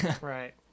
Right